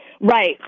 Right